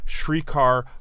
Shrikar